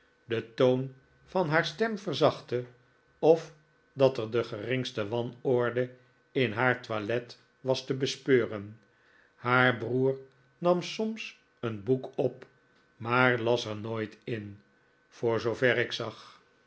den toon van haar stem verzachtte of dat er de geringste wanorde in haar toilet was te bespeuren haar broer nam soms een boek op maar las er nooit in voor zoover ik zag